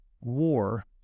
war